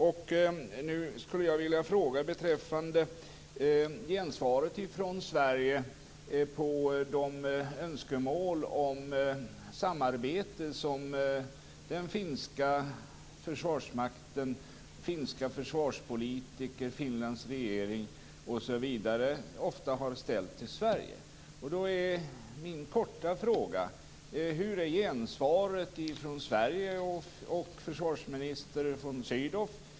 Jag skulle vilja ställa en fråga beträffande gensvaret från Sverige på de önskemål om samarbete som den finska försvarsmakten, finska försvarspolitiker, Finlands regering osv. ofta har framfört till Sverige. Då är mina korta frågor: Hur är gensvaret från Sverige och från försvarsminister von Sydow?